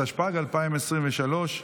התשפ"ג 2023,